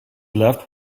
left